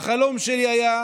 והחלום שלי היה,